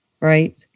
Right